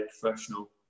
professional